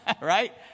right